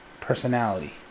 Personality